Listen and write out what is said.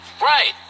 Right